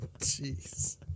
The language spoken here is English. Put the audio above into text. Jeez